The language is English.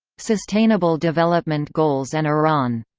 sustainable development goals and iran